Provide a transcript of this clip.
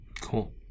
Cool